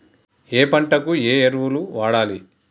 ఏయే పంటకు ఏ ఎరువులు వాడాలి?